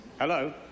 Hello